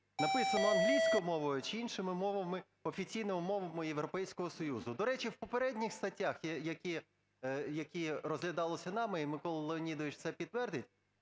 написано: англійською мовою чи іншими мовами, офіційними мовами Європейського Союзу. До речі, в попередніх статтях, які розглядалися нами, і Микола Леонідович це підтвердить,